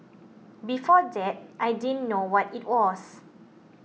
before that I didn't know what it was